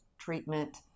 treatment